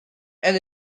and